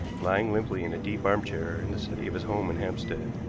lying limply in a deep arm-chair in the study of his home in hampstead.